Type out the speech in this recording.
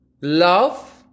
love